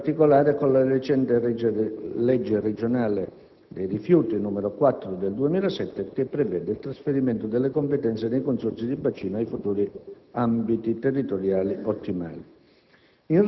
e, in particolare, con la recente legge regionale dei rifiuti n. 4 del 2007, che prevede il trasferimento delle competenze dei Consorzi di bacino ai futuri Ambiti territoriali ottimali.